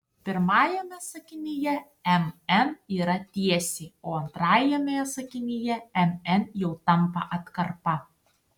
pirmajame sakinyje mn yra tiesė o antrajame sakinyje mn jau tampa atkarpa